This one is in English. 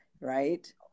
right